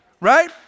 right